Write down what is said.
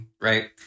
Right